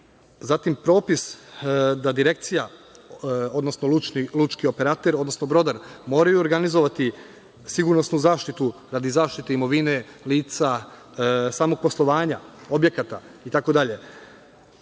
zatim propis da direkcija, odnosno lučki operater, odnosno brodar moraju organizovati sigurnosnu zaštitu radi zaštite imovine lica, samog poslovanja objekata itd. To